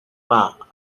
pas